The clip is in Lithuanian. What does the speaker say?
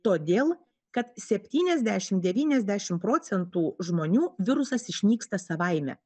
todėl kad septyniasdešimt devyniasdešimt procentų žmonių virusas išnyksta savaime